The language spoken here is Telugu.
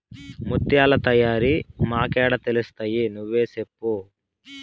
ముత్యాల తయారీ మాకేడ తెలుస్తయి నువ్వే సెప్పు